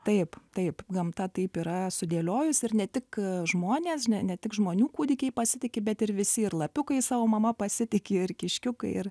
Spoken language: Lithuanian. taip taip gamta taip yra sudėliojusi ir ne tik žmonės ne tik žmonių kūdikiai pasitiki bet ir visi ir lapiukai savo mama pasitiki ir kiškiukai ir